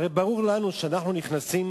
הרי ברור לנו שאנחנו נכנסים